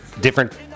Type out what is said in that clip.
different